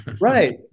Right